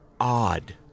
odd